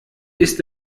ist